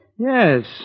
Yes